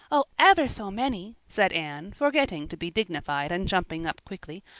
oh, ever so many, said anne forgetting to be dignified and jumping up quickly.